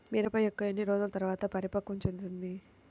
మిరప మొక్క ఎన్ని రోజుల తర్వాత పరిపక్వం చెందుతుంది?